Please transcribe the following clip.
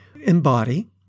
embody